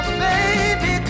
baby